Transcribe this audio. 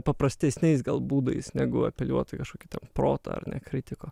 paprastesniais gal būdais negu apeliuoti į kažkokį protą ar ne kritiko